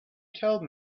tell